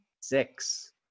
Six